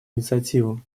инициативу